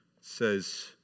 says